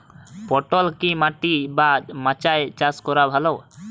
পটল কি মাটি বা মাচায় চাষ করা ভালো?